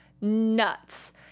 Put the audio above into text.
nuts